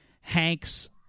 Hank's